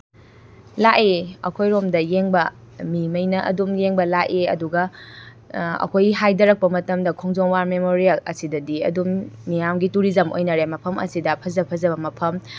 ꯂꯥꯛꯑꯦ ꯑꯩꯈꯣꯏꯔꯣꯝꯗ ꯌꯦꯡꯕ ꯃꯤ ꯃꯈꯩꯅ ꯑꯗꯨꯝ ꯌꯦꯡꯕ ꯂꯥꯛꯏ ꯑꯗꯨꯒ ꯑꯩꯈꯣꯏꯒꯤ ꯍꯥꯏꯊꯔꯛꯄ ꯃꯇꯝꯗ ꯈꯣꯡꯖꯣꯝ ꯋꯥꯔ ꯃꯦꯃꯣꯔꯤꯌꯦꯜ ꯑꯁꯤꯗꯗꯤ ꯑꯗꯨꯝ ꯃꯤꯌꯥꯝꯒꯤ ꯇꯨꯔꯤꯖꯝ ꯑꯣꯏꯅꯔꯦ ꯃꯐꯝ ꯑꯁꯤꯗ ꯐꯖ ꯐꯖꯕ ꯃꯐꯝ